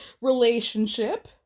relationship